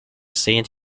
saint